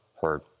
heard